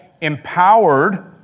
empowered